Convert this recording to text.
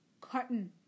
cotton